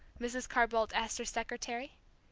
mrs. carr-boldt asked her secretary.